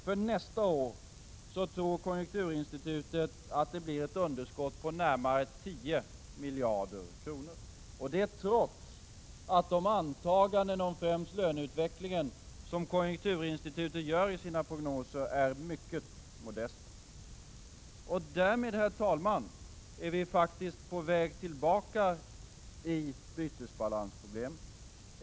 För nästa år tror konjunkturinstitutet att det blir ett underskott på närmare 10 miljarder — detta trots att de antaganden om främst löneutvecklingen som konjunkturinstitutet gör i sina prognoser är mycket modesta. Därmed, herr talman, är vi faktiskt på väg tillbaka till bytesbalansproblemen.